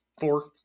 four